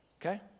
Okay